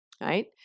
right